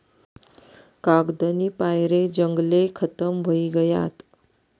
कागदनी पायरे जंगले खतम व्हयी गयात